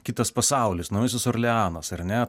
kitas pasaulis naujasis orleanas ar ne